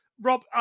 Rob